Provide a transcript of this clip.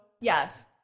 Yes